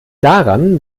daran